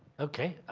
okay,